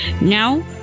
Now